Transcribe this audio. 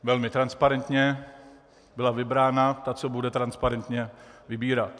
Velmi transparentně byla vybrána ta, co bude transparentně vybírat.